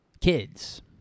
kids